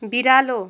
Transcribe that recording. बिरालो